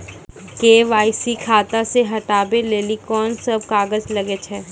KYC खाता से हटाबै लेली कोंन सब कागज लगे छै?